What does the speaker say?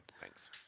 Thanks